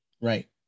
Right